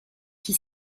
qui